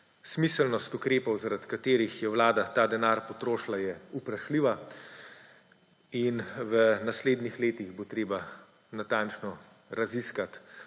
Smiselnost ukrepov, zaradi katerih je vlada ta denar potrošila, je vprašljiva. V naslednjih letih bo treba natančno raziskati,